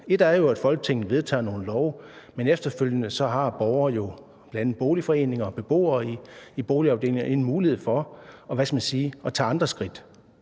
Et er jo, at Folketinget vedtager nogle love, noget andet er, at borgere efterfølgende, bl.a. boligforeninger og beboere i boligafdelinger, har en mulighed for at tage andre skridt.